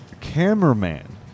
Cameraman